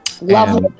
Lovely